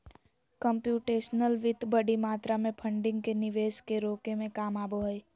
computational वित्त बडी मात्रा में फंडिंग के निवेश के रोके में काम आबो हइ